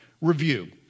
review